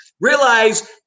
Realize